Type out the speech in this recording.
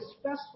special